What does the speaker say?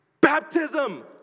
baptism